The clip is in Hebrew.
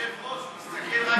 היושב-ראש מסתכל רק לצד,